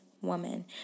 woman